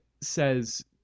says